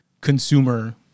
consumer